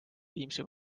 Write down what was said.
viimsi